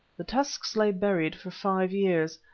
the tusks lay buried for five years.